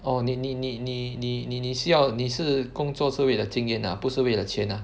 orh 你你你你你你你是要你是工作为了经验 ah 不不是为了钱 ah